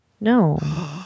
No